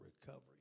recovery